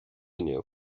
inniu